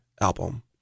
album